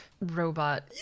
Robot